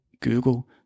Google